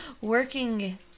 Working